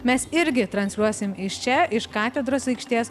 mes irgi transliuosim iš čia iš katedros aikštės